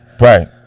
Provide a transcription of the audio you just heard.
right